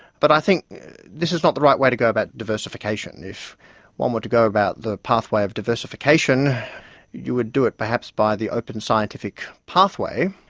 but i think this is not the right way to go about diversification. if one were to go about the pathway of diversification you would do it perhaps by the open scientific pathway.